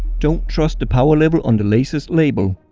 don't trust the power level on the laser's label.